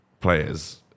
players